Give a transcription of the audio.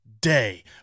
day